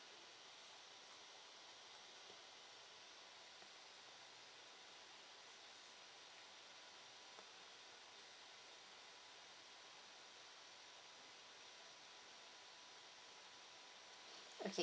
okay